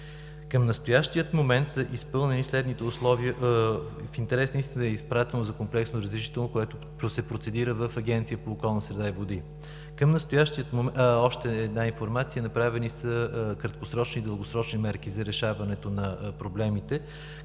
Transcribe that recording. Към настоящия момент са изпълнени следните условия. В интерес на истината е изпратено за комплексно разрешително, което се процедира в Агенцията по околна среда и водите. Още една информация. Направени са краткосрочни и дългосрочни мерки за решаването на проблемите.